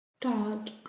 Dad